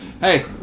Hey